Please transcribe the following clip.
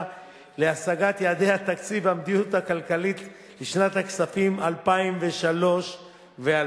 להשגת יעדי התקציב והמדיניות הכלכלית לשנות הכספים 2003 ו-2004),